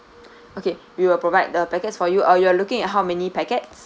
okay we will provide the packets for you uh you are looking at how many packets